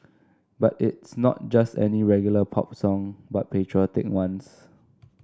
but it's not just any regular pop song but patriotic ones